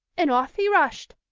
and off he rushed.